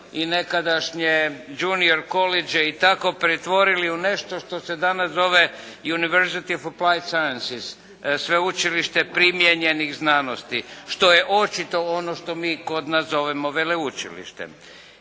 i nekadašnje junior koleđe i tako, pretvorili u nešto što se danas zove university … sveučilište primijenjenih znanosti što je očito ono što mi kod nas zovemo veleučilištem